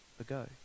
ago